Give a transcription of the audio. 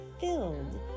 filled